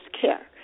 care